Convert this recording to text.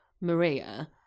Maria